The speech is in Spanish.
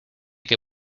que